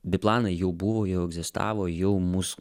biplanai jau buvo jau egzistavo jau mus